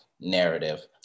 narrative